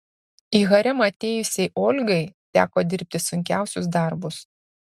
į haremą atėjusiai olgai teko dirbti sunkiausius darbus